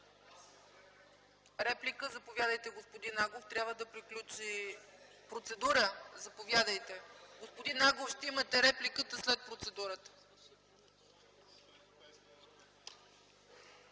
Реплики? Заповядайте, господин Агов. Процедура? Заповядайте. Господин Агов, ще имате репликата след процедурата.